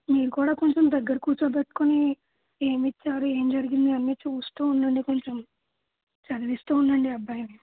మీరు కూడా కొంచెం దగ్గర కూర్చోపెట్టుకుని ఏం ఇచ్చారు ఏం జరిగింది చూస్తూ ఉండండి కొంచెం చదివిస్తూ ఉండండి అబ్బాయిని